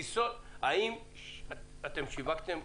האם שיווקתם?